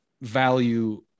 value